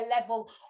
level